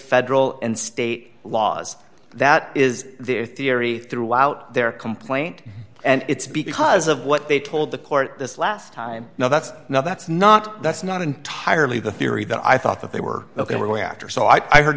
federal and state laws that is their theory throughout their complaint and it's because of what they told the court this last time no that's not that's not that's not entirely the theory that i thought that they were ok were going after so i heard